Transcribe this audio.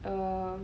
oh